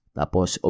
tapos